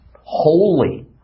Holy